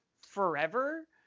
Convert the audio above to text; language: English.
forever